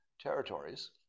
territories